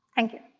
thank you.